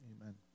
Amen